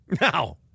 Now